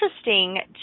interesting